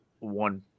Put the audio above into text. one